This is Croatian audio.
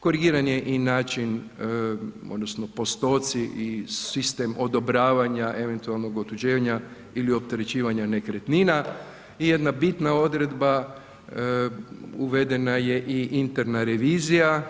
Korigiranje i način odnosno postoci i sistem odobravanja eventualnog otuđenja ili opterećivanja nekretnina i jedna bitna odredba uvedena je interna revizija.